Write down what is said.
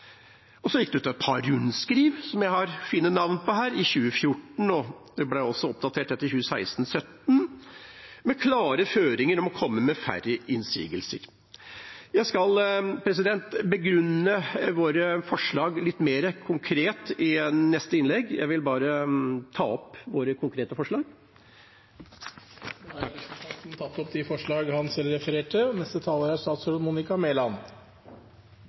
Så gikk det ut et par rundskriv, som jeg har fine navn på, i 2014 – og det ble også oppdatert et i 2016 og 2017 – med klare føringer om å komme med færre innsigelser. Jeg skal begrunne våre forslag litt mer konkret i neste innlegg og vil til slutt bare ta opp forslagene. Representanten Arne Nævra har tatt opp de forslagene han refererte til. Plan- og